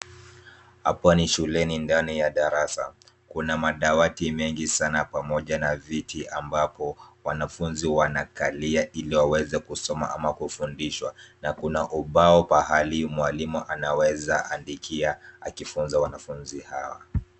Hapa ni shuleni ndani ya darasa. Kuna madawati mengi sana pamoja na viti ambapo wanafunzi wanakalia ili waweze kusoma ama kufundishwa na kuna ubao pahali mwalimu anaweza andikia akifunza wanafunzi hawa.